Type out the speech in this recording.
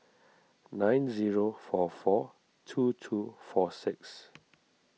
nine zero four four two two four six